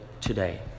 today